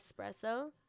espresso